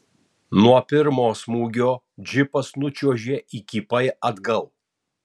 nuo pirmo smūgio džipas nučiuožė įkypai atgal